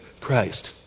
Christ